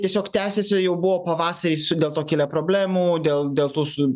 tiesiog tęsiasi jau buvo pavasarį su dėl to kilę problemų dėl dėl tų su